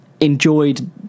enjoyed